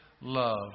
love